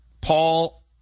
Paul